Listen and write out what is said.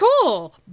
cool